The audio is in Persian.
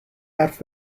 حرف